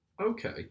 Okay